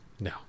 No